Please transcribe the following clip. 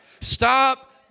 Stop